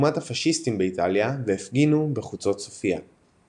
כדוגמת הפאשיסטים באיטליה והפגינו בחוצות סופיה.